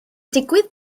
digwydd